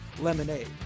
lemonade